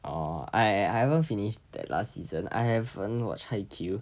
orh I I haven't finish that last season I haven't watch haikyuu